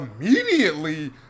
immediately